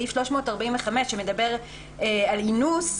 סעיף 345 שמדבר על אינוס,